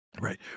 Right